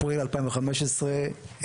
אפריל 2015,